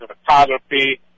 photography